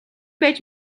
байж